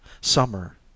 summer